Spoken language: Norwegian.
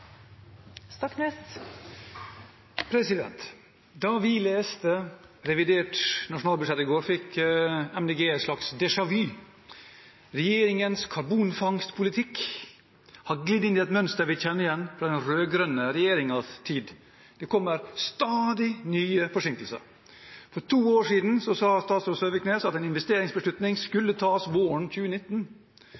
Da vi leste revidert nasjonalbudsjett i går, fikk MDG et slags déjà vu. Regjeringens karbonfangstpolitikk har glidd inn i et mønster vi kjenner igjen fra den rød-grønne regjeringens tid. Det kommer stadig nye forsinkelser. For snart to år siden sa statsråd Søviknes at en investeringsbeslutning